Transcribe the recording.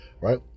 right